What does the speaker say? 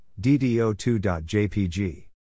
ddo2.jpg